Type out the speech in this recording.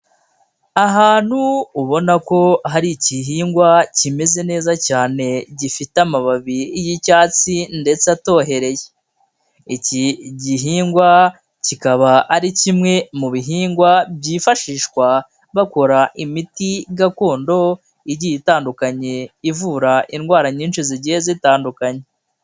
Ahantu ubona ko hari igihingwa kimeze neza cyane gifite amababi y'icyatsi ndetse atoheye, iki igihingwa kikaba ari kimwe mu bihingwa byifashishwa bakora imiti gakondo igiye itandukanye ivura indwara nyinshi zigiye zitandukanye.